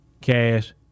Cash